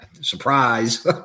Surprise